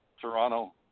Toronto